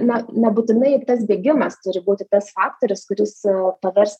na nebūtinai juk tas bėgimas turi būti tas faktorius kuris pavers